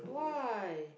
why